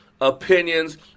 Opinions